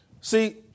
See